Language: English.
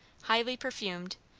highly perfumed,